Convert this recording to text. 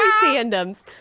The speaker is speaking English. tandems